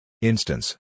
Instance